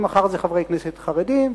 ומחר אלה חברי כנסת חרדים,